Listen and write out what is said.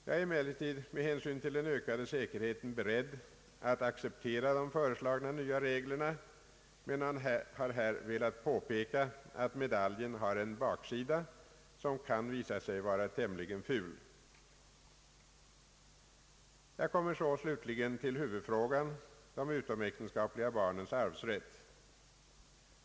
Jag är emellertid med hänsyn till den ökade säkerheten beredd att acceptera de nya föreslagna reglerna, men har här velat påpeka att medaljen har en baksida, som kan visa sig vara tämligen ful. Jag kommer så slutligen till huvudfrågan: de utomäktenskapliga barnens arvsrätt.